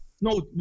No